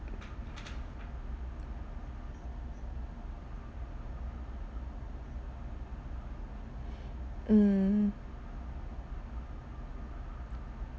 mm